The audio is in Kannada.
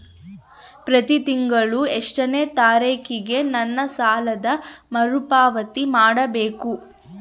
ಪ್ರತಿ ತಿಂಗಳು ಎಷ್ಟನೇ ತಾರೇಕಿಗೆ ನನ್ನ ಸಾಲದ ಮರುಪಾವತಿ ಮಾಡಬೇಕು?